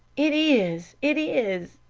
it is, it is!